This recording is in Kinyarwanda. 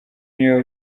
niyo